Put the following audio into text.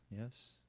yes